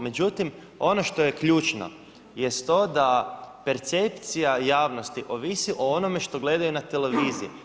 Međutim, ono što je ključno jest to da percepcija javnosti ovisi o onome što gledaju na televiziji.